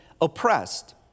oppressed